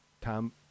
Tom